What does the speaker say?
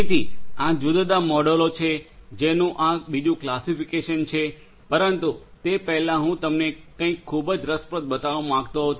તેથી આ જુદા જુદા મોડેલો છે જે આનું બીજું વર્ગીકરણ છે પરંતુ તે પહેલાં હું તમને કંઈક ખૂબ જ રસપ્રદ બતાવવા માંગતો હતો